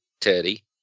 Teddy